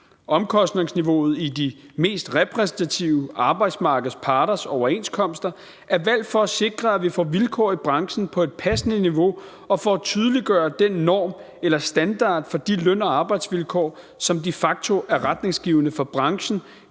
Omkostningsniveauet i de mest repræsentative arbejdsmarkedsparters overenskomster er valgt for at sikre, at vi får vilkår i branchen på et passende niveau og for at tydeliggøre den norm eller standard for de løn- og arbejdsvilkår, som de facto er retningsgivende for branchen